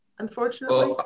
Unfortunately